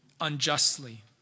unjustly